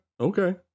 okay